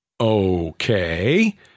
okay